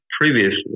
previously